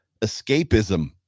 escapism